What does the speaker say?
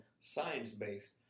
science-based